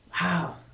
Wow